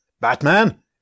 Batman